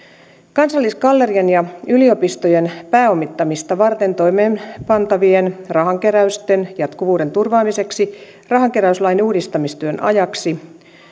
kansallisgallerian ja yliopistojen pääomittamista varten toimeenpantavien rahankeräysten jatkuvuuden turvaamiseksi rahankeräyslain uudistamistyön ajaksi